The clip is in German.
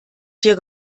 dir